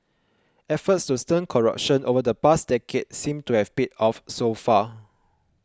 efforts to stem corruption over the past decade seem to have paid off so far